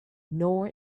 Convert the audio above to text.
nor